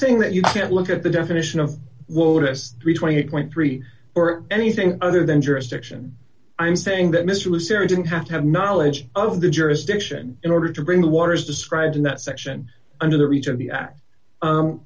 saying that you can't look at the definition of woe to us twenty eight point three or anything other than jurisdiction i'm saying that mr was arrogant have to have knowledge of the jurisdiction in order to bring the waters described in that section under the reach of the